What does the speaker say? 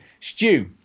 Stu